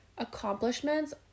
Accomplishments